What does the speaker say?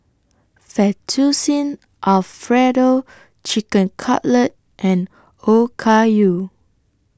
Fettuccine Alfredo Chicken Cutlet and Okayu